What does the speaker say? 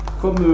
Comme